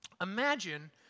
Imagine